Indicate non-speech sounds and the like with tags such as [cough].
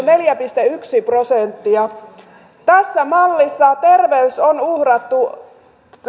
[unintelligible] neljä pilkku yksi prosenttia tässä mallissa terveys on uhrattu